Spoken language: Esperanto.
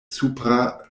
supra